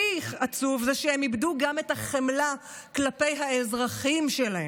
אבל הכי עצוב הוא שהם איבדו גם את החמלה כלפי האזרחים שלהם,